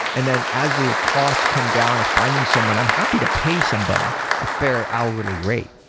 and then as the cost come down of finding someone, i'm happy to pay someone a fair hourly rate.